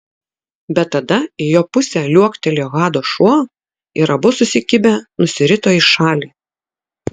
bet tada į jo pusę liuoktelėjo hado šuo ir abu susikibę nusirito į šalį